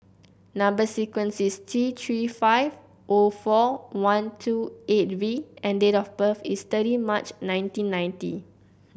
number sequence is T Three five O four one two eight V and date of birth is thirty March nineteen ninety